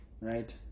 right